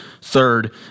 third